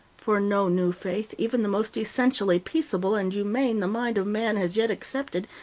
for no new faith, even the most essentially peaceable and humane the mind of man has yet accepted,